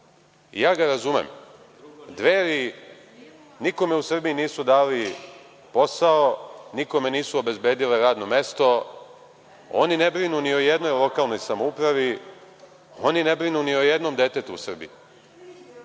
Ja ga razumem. Dveri nikome u Srbiji nisu dale posao, nikome nisu obezbedile radno mesto. Oni ne brinu ni o jednoj lokalnoj samoupravi. Oni ne brinu ni o jednom detetu u Srbiji.